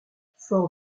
fort